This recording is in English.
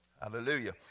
Hallelujah